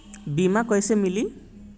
बीमा कैसे मिली?